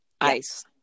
ice